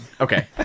Okay